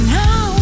now